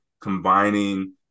combining